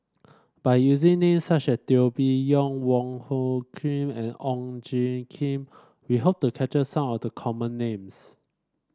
by using name such as Teo Bee Yen Wong Hung Khim and Ong Tjoe Kim we hope to capture some of the common names